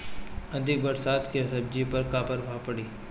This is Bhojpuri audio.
अधिक बरसात के सब्जी पर का प्रभाव पड़ी?